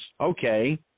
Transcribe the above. Okay